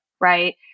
right